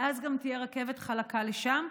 ואז תהיה גם רכבת חלקה לשם.